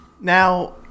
Now